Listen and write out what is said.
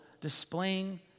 displaying